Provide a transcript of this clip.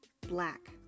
black